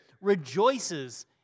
rejoices